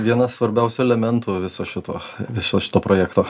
vienas svarbiausių elementų viso šito viso šito projekto